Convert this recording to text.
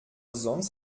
sonst